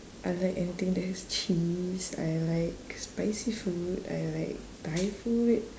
I like anything that has cheese I like spicy food I like thai food